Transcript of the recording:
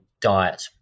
diet